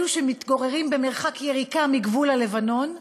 אלה שמתגוררים במרחק יריקה מגבול הלבנון,